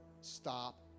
stop